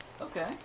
Okay